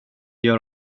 gör